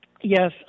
yes